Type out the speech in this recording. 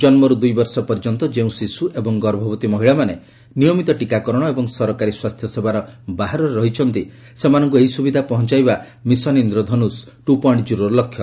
ଜନ୍ମରୁ ଦୁଇ ବର୍ଷ ପର୍ଯ୍ୟନ୍ତ ଯେଉଁ ଶିଶୁ ଏବଂ ଗର୍ଭବତୀ ମହିଳାମାନେ ନିୟମିତ ଟୀକାକରଣ ଏବଂ ସରକାରୀ ସ୍ୱାସ୍ଥ୍ୟସେବାର ବାହାରରେ ରହିଛନ୍ତି ସେମାନଙ୍କୁ ଏହି ସୁବିଧା ପହଞ୍ଚାଇବା ମିଶନ୍ ଇନ୍ଦ୍ରଧନୁଶ ଟୁ ଜିରୋର ଲକ୍ଷ୍ୟ